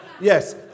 Yes